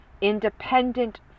independent